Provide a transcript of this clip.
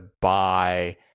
buy